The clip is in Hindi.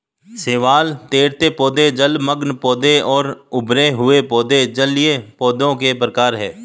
शैवाल, तैरते पौधे, जलमग्न पौधे और उभरे हुए पौधे जलीय पौधों के प्रकार है